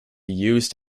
used